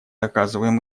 оказываем